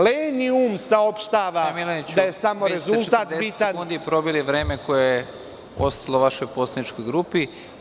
Lenji um saopštava da je samo rezultat bitan… (Predsednik: Probili ste vreme koje je ostalo vašoj poslaničkoj grupi.